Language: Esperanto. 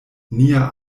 nia